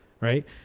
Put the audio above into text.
Right